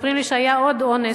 מספרים לי שהיה עוד אונס,